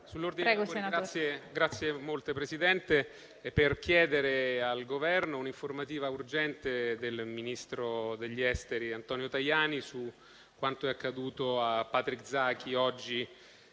Presidente, intervengo per chiedere al Governo un'informativa urgente del ministro degli affari esteri, Antonio Tajani, su quanto è accaduto a Patrick Zaki oggi